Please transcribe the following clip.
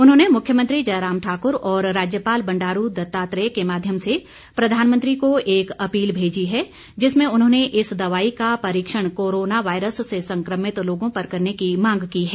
उन्होंने मुख्यमंत्री जयराम ठाकुर और राज्यपाल बंडारू दत्तात्रेय के माध्यम से प्रधानमंत्री को एक अपील भेजी है जिसमें उन्होंने इस दवाई का परीक्षण कोरोना वायरस से संक्रमित लोगों पर करने की मांग की है